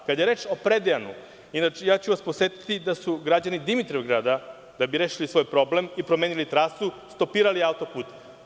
Kada je reč o Predejanima, inače, ću vas podsetiti da su građani Dimitrovgrada da bi rešili svoj problem i promenili trasu stopirali auto-put.